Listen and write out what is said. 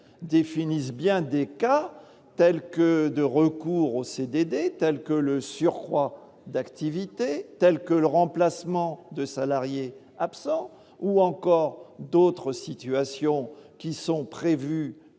définit bien des cas tels que de recours aux CDD, tels que le surcroît d'activité, tels que le remplacement de salariés absents ou encore d'autres situations qui sont prévues